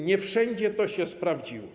Nie wszędzie to się sprawdziło.